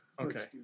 Okay